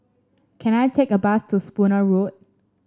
can I take a bus to Spooner Road